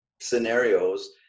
scenarios